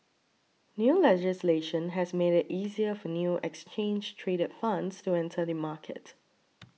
new legislation has made it easier for new exchange traded funds to enter the market